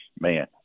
man